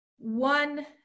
One